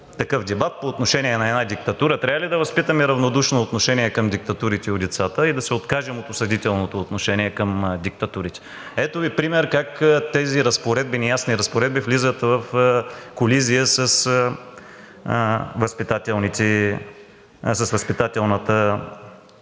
такъв дебат по отношение на една диктатура. Трябва ли да възпитаме равнодушно отношение към диктатурите у децата и да се откажем от осъдителното отношение към диктатурите. Ето Ви пример как тези неясни разпоредби влизат в колизия с възпитателната